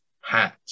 hat